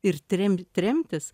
ir trem tremtys